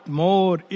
more